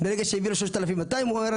ברגע שמגיעים 3,200 הוא אומר,